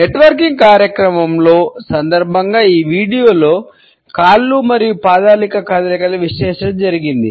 net working కార్యక్రమంలో కాళ్ళు మరియు పాదాల కదలికల విశ్లేషణ జరిగింది